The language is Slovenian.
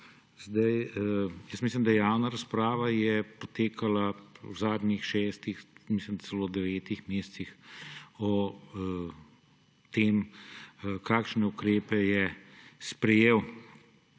Mislim, da je javna razprava potekala v zadnjih šestih, celo devetih mesecih o tem, kakšne ukrepe je sprejel